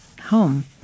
home